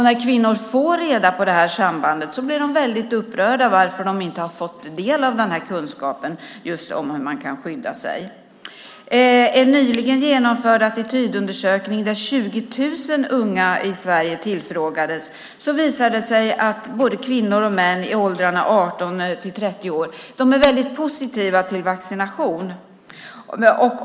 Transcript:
När kvinnor får reda på det här sambandet blir de väldigt upprörda över att de inte har fått del av kunskapen just om hur man kan skydda sig. En nyligen genomförd attitydundersökning där 20 000 unga i Sverige tillfrågades visade att både kvinnor och män i åldrarna 18-30 år är väldigt positiva till vaccination.